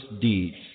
deeds